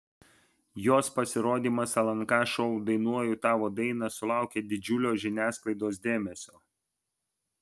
jos pasirodymas lnk šou dainuoju tavo dainą sulaukė didžiulio žiniasklaidos dėmesio